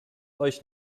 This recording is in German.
euch